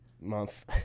month